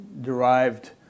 derived